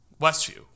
Westview